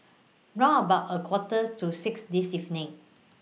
round about A Quarters to six This evening